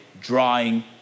drawing